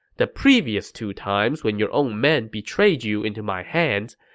the previous two times when your own men betrayed you into my hands,